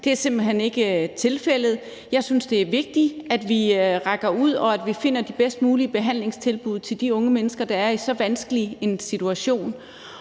Det er simpelt hen ikke tilfældet. Jeg synes, det er vigtigt, at vi rækker ud, og at vi finder de bedst mulige behandlingstilbud til de unge mennesker, der er i så vanskelig en situation.